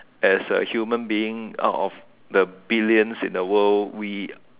as a human being out of the billions in the world we